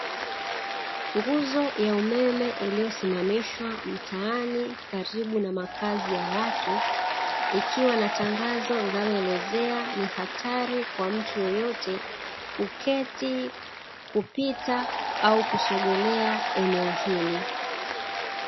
Nguzo ya umeme iliyosimamishwa mtaani karibu na makazi ya watu, ikiwa na tangazo linaloelezea ni hatari kwa mtu yeyote kuketi, kupita au kusogelea eneo hili.